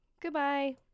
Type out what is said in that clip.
goodbye